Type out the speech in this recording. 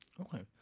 Okay